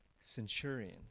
centurion